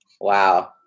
Wow